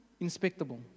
inspectable